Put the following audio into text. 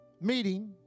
meeting